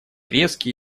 резкий